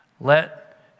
Let